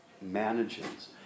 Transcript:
manages